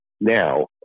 Now